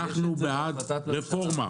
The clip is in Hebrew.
אנחנו בעד רפורמה,